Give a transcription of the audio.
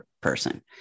person